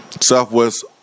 Southwest